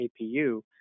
APU